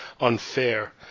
unfair